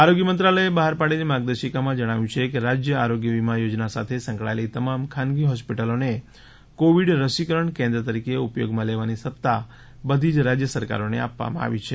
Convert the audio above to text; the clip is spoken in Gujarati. આરોગ્ય મંત્રાલયે બહાર પાડેલી માર્ગદર્શિકામાં જણાવ્યું છે કે રાજ્ય આરોગ્ય વીમા યોજના સાથે સંકળાયેલી તમામ ખાનગી હોસ્પિટલોને કોવિડ રસીકરણ કેન્દ્ર તરીકે ઉપયોગમાં લેવાની સત્તા બધી જ રાજ્ય સરકારોને આપવામાં આવી છે